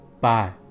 Bye